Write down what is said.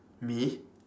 me